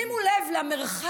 שימו לב למרחק